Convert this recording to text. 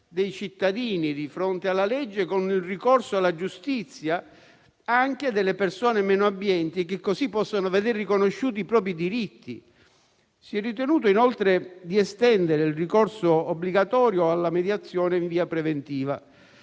dei cittadini di fronte alla legge con il ricorso alla giustizia anche delle persone meno abbienti, che così possono vedere riconosciuti i propri diritti. Si è ritenuto inoltre di estendere il ricorso obbligatorio alla mediazione in via preventiva,